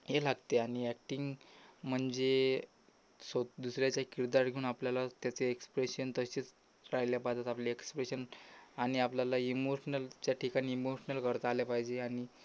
हे लागते आणि ॲक्टिंग म्हणजे स्व दुसऱ्याचं किरदार घेऊन आपल्याला त्याचे एक्सप्रेशन तसेच राहिल्या बादच आपले एक्सप्रेशन आणि आपल्याला इमोशनलच्या ठिकाणी इमोशनल करता आल्या पाहिजे आणि